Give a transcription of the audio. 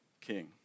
king